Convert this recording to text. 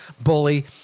bully